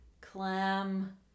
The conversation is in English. clam